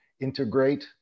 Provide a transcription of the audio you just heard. integrate